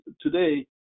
today